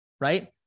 right